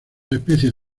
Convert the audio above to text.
especies